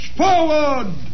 forward